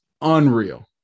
unreal